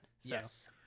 Yes